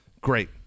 Great